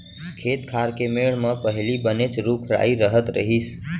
खेत खार के मेढ़ म पहिली बनेच रूख राई रहत रहिस